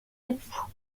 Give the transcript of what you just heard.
époux